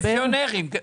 פנסיונרים.